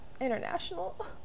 international